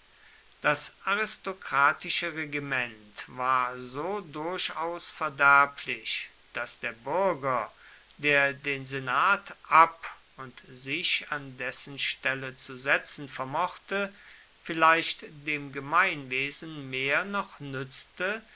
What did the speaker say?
das aristokratische regiment war so durchaus verderblich daß der bürger der den senat ab und sich an dessen stelle zu setzen vermochte vielleicht dem gemeinwesen mehr noch nützte